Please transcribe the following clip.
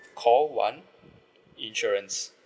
call one insurance